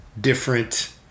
different